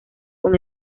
con